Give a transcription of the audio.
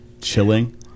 chilling